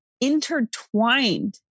intertwined